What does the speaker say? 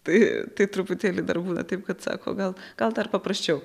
tai tai truputėlį dar būna taip kad sako gal gal dar paprasčiau